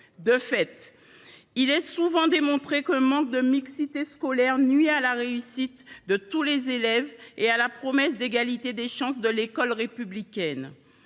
De fait, il est souvent démontré qu’un manque de mixité scolaire nuit à la réussite de tous les élèves et à la promesse d’égalité des chances de l’école républicaine.